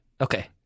Okay